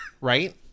Right